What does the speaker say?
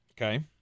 Okay